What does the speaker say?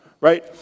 right